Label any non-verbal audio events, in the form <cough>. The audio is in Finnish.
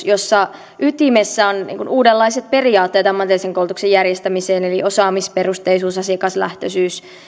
<unintelligible> jossa ytimessä ovat uudenlaiset periaatteet ammatillisen koulutuksen järjestämiseen eli osaamisperusteisuus asiakaslähtöisyys